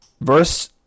Verse